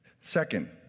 Second